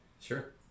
Sure